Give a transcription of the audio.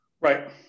Right